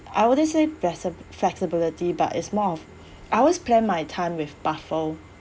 I wouldn't say better flexibility but it's more of I always plan my time with buffer